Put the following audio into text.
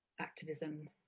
activism